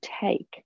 take